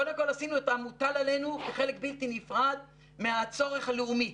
קודם כל עשינו את המוטל עלינו כחלק בלתי נפרד מהצורך הלאומי.